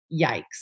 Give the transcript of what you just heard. Yikes